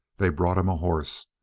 they brought him a horse,